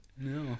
No